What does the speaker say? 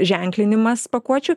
ženklinimas pakuočių